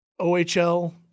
OHL